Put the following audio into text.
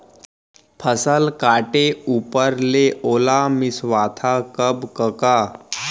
फसल काटे ऊपर ले ओला मिंसवाथा कब कका?